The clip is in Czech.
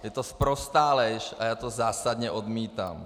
Je to sprostá lež a já to zásadně odmítám!